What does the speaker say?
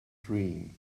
dream